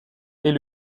est